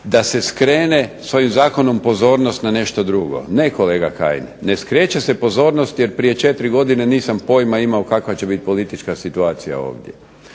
da se skrene sa ovim zakonom pozornost na nešto drugo. Ne kolega Kajin, ne skreće se pozornost jer prije četiri godine nisam pojma imao kakva će biti policijska situacija ovdje.